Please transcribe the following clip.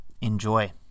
enjoy